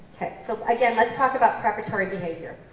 so again let's talk about preparatory behavior.